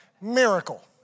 Miracle